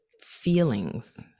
feelings